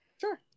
sure